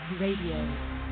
Radio